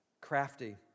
Crafty